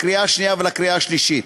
לקריאה השנייה ולקריאה השלישית.